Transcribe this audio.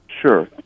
Sure